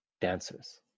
dancers